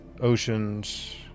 oceans